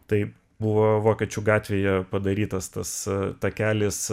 tai buvo vokiečių gatvėje padarytas tas takelis